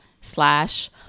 slash